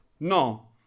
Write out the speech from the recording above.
No